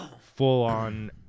full-on